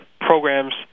programs